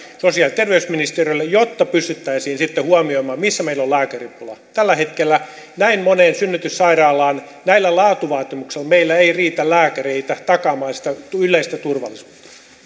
sosiaali ja terveysministeriölle jotta pystyttäisiin sitten huomioimaan missä meillä on lääkäripula tällä hetkellä näin moneen synnytyssairaalaan näillä laatuvaatimuksilla meillä ei riitä lääkäreitä takaamaan sitä yleistä turvallisuutta